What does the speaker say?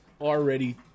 already